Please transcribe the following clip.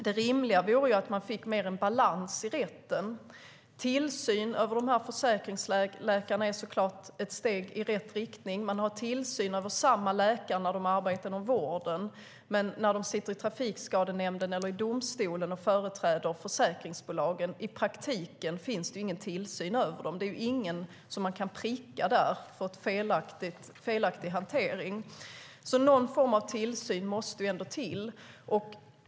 Det rimliga vore en tydligare balans i rätten. Tillsyn över försäkringsläkarna är såklart ett steg i rätt riktning. Man har tillsyn över samma läkare när de arbetar inom vården, men när de sitter i Trafikskadenämnden eller i domstolen och företräder försäkringsbolagen finns det i praktiken ingen tillsyn över dem. Ingen kan prickas för felaktig hantering där. Någon form av tillsyn måste alltså till.